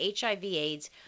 HIV-AIDS